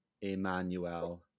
Emmanuel